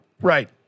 Right